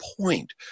point